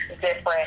different